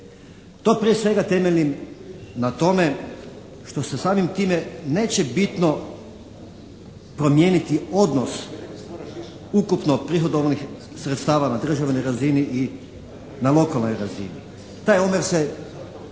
To prije svega temeljim na tome što se samim time neće bitno promijeniti odnos ukupno prihodavnih sredstava na državnoj razini i na lokalnoj razini. Taj omjer se